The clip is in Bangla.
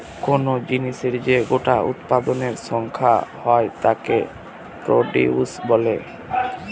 কোন জিনিসের যে গোটা উৎপাদনের সংখ্যা হয় তাকে প্রডিউস বলে